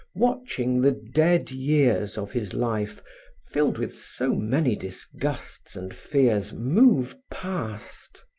watching the dead years of his life filled with so many disgusts and fears, move past.